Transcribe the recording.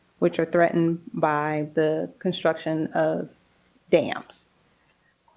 which are threatened by the construction of dams.